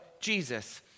Jesus